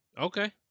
Okay